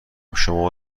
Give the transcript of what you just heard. شما